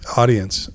audience